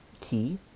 Key